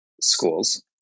schools